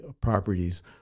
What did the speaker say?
properties